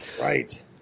right